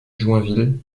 joinville